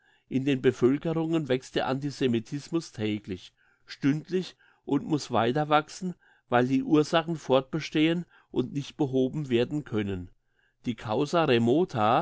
in den bevölkerungen wächst der antisemitismus täglich stündlich und muss weiter wachsen weil die ursachen fortbestehen und nicht behoben werden können die causa